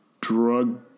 drug